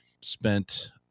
Spent